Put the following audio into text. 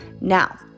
Now